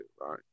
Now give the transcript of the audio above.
right